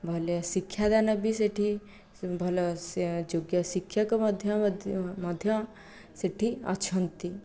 ଭଲ ଶିକ୍ଷାଦାନ ବି ସେଠି ଭଲ ଯୋଗ୍ୟ ଶିକ୍ଷକ ମଧ୍ୟ ମଧ୍ୟ ସେଠି ଅଛନ୍ତି